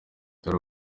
dore